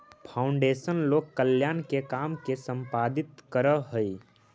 foundation लोक कल्याण के काम के संपादित करऽ हई